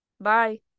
Bye